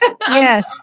Yes